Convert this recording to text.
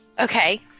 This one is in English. Okay